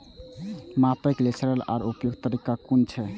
मापे लेल सरल आर उपयुक्त तरीका कुन छै?